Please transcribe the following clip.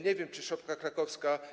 Nie wiem, czy szopka krakowska.